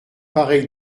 pareil